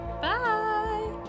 bye